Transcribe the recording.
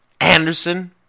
Anderson